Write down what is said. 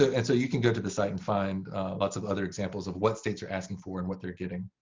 and so you can go to the site and find lots of other examples of what states are asking for and what they're getting.